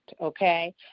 Okay